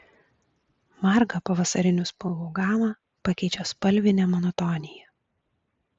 margą pavasarinių spalvų gamą pakeičia spalvinė monotonija